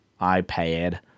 iPad